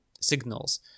signals